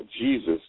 Jesus